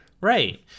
Right